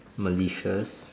malicious